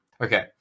Okay